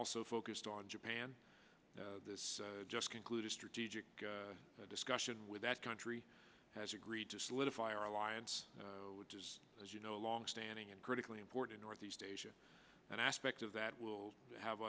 also focused on japan this just concluded strategic discussion with that country has agreed to solidify our alliance which is as you know longstanding and critically important northeast asia and aspect of that will have